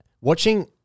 watching